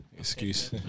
Excuse